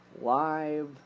live